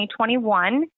2021